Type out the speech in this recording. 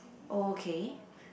oh okay